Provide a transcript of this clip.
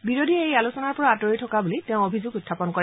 বিৰোধীয়ে এই আলোচনাৰ পৰা আতৰি থকা বুলি তেওঁ অভিযোগ উখাপন কৰে